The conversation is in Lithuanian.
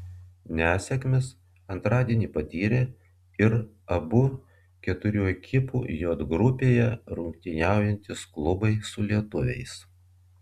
nesėkmes antradienį patyrė ir abu keturių ekipų j grupėje rungtyniaujantys klubai su lietuviais